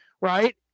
right